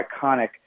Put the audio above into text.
iconic